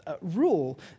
rule